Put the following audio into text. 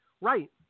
Right